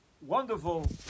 wonderful